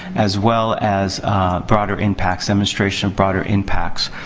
as well as broader impacts, demonstration of broader impacts.